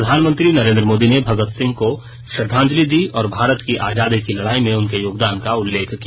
प्रधानमंत्री नरेन्द्र मोदी ने भगत सिंह को श्रद्वांजलि दी और भारत की आजादी की लड़ाई में उनके योगदान का उल्लेख किया